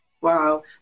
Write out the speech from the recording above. Wow